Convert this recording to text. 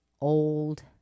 old